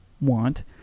want